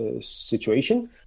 situation